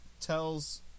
tells